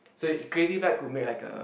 so you creative lab could make like a